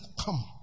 come